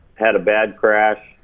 had a bad crash,